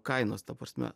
kainos ta prasme